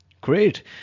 great